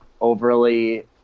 overly